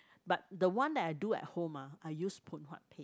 but the one that I do at home ah I use Phoon Huat paste